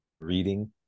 reading